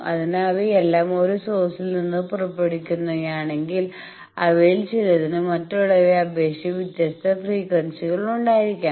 അതിനാൽ അവയെല്ലാം ഒരേ സോഴ്സിൽ നിന്ന് പുറപ്പെടുവിക്കുന്നവയാണെങ്കിലും അവയിൽ ചിലതിന് മറ്റുള്ളവയെ അപേക്ഷിച്ച് വ്യത്യസ്ത ഫ്രീക്വൻസികൾ ഉണ്ടായിരിക്കാം